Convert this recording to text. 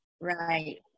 Right